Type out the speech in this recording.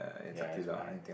ya is my